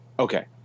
Okay